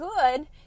good